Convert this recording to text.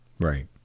Right